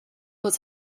was